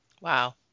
Wow